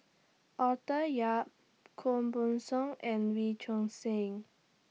Arthur Yap Koh Buck Song and Wee Choon Seng